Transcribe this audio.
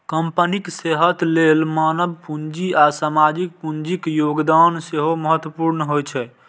कंपनीक सेहत लेल मानव पूंजी आ सामाजिक पूंजीक योगदान सेहो महत्वपूर्ण होइ छै